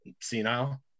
senile